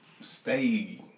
stay